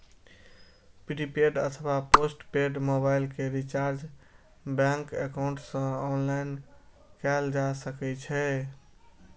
prepaid अथवा postpaid mobile के recharge bank account सं ऑनलाइन कैल जा सकै छै